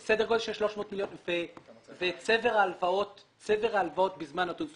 מה סדר ההלוואות בזמן נתון?